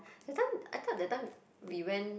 that time I thought that time we went